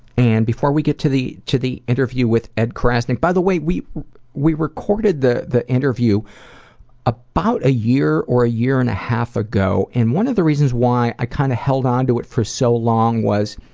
and before we get to the to the interview with ed crasnick, by the way, we we recorded the the interview about a year or a year and a half ago, and one of the reasons why i kind of help onto it for so long was,